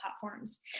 platforms